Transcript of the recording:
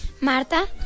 Marta